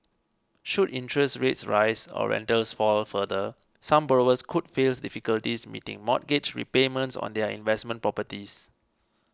should interest rates rise or rentals fall further some borrowers could face difficulties meeting mortgage repayments on their investment properties